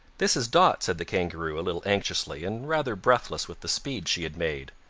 this is dot, said the kangaroo a little anxiously, and rather breathless with the speed she had made.